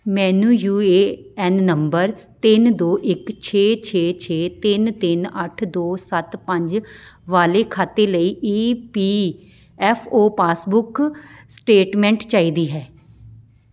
ਮੈਨੂੰ U A N ਨੰਬਰ ਤਿੰਨ ਦੋ ਇੱਕ ਛੇ ਛੇ ਛੇ ਤਿੰਨ ਤਿੰਨ ਅੱਠ ਦੋ ਸੱਤ ਪੰਜ ਵਾਲੇ ਖਾਤੇ ਲਈ E P F O passbook statement ਚਾਹੀਦੀ ਹੈ